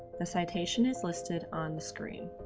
the citation is listed on the screen.